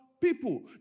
people